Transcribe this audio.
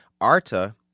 ARTA